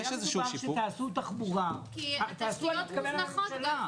דובר פעם שתעשו תחבורה, תעשו אני מתכוון לממשלה.